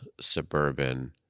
suburban